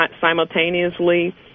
simultaneously